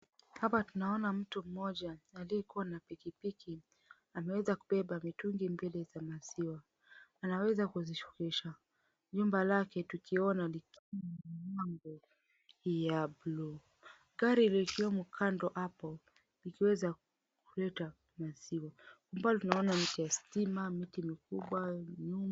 Hapa tunaona mtu mmoja aliyekuwa na pikipiki. Ameweza kubeba mitungi mbili za maziwa. Anaweza kuzishukisha. Nyumba lake tukiona likiwa na mlango ya buluu. Gari likiwemo kando hapo likiweza kuleta maziwa. Kwa umbali tunaona miti ya stima, miti mikubwa, nyumba.